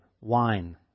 Wine